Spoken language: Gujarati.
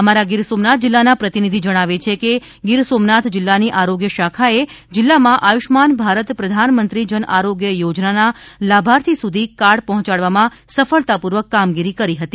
અમારા ગીર સોમનાથ જિલ્લાના પ્રતિનિધિ જણાવે છે કે ગીર સોમનાથ જિલ્લાની આરોગ્ય શાખાએ જિલ્લામાં આયુષ્માન ભારત પ્રધાનમંત્રી જન આરોગ્ય યોજનાના લાભાર્થી સુધી કાર્ડ પહોંચાડવામાં સફળતાપૂર્વક કામગીરી કરી હતી